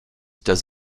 does